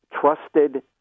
trusted